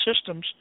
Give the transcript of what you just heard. systems